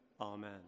Amen